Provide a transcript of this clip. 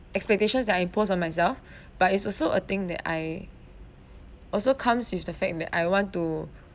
expectations that I impose on myself but it's also a thing that I also comes with the fact that I want to